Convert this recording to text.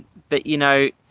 but you know,